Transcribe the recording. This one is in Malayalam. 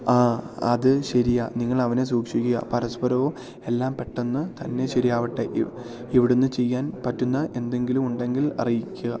ആ അതു ശരിയാണ് നിങ്ങളവനെ സൂക്ഷിക്കുക പരസ്പരവും എല്ലാം പെട്ടെന്നു തന്നെ ശരിയാവട്ടെ ഇവിടുന്ന് ചെയ്യാൻ പറ്റുന്ന എന്തെങ്കിലും ഉണ്ടെങ്കിൽ അറിയിക്കുക